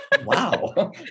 Wow